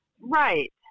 Right